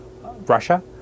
Russia